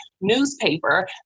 newspaper